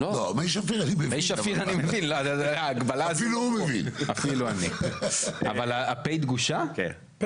ההצבעה מבקשת ליצור מנגנון שבו